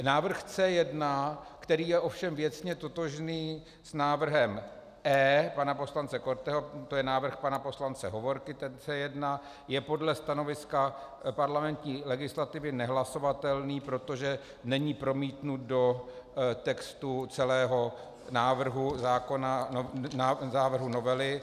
Návrh C1, který je ovšem věcně totožný s návrhem E pana poslance Korteho, to je návrh pana poslance Hovorky, ten C1, je podle stanoviska parlamentní legislativy nehlasovatelný, protože není promítnut do textu celého návrhu zákona, návrhu novely.